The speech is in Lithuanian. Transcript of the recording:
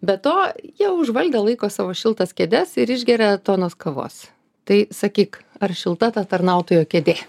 be to jie užvaldę laiko savo šiltas kėdes ir išgeria tonas kavos tai sakyk ar šilta ta tarnautojo kėdė